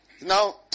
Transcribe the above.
Now